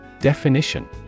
Definition